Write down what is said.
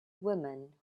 woman